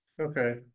Okay